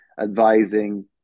advising